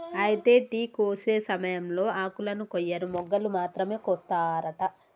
అయితే టీ కోసే సమయంలో ఆకులను కొయ్యరు మొగ్గలు మాత్రమే కోస్తారట